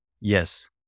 Yes